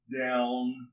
down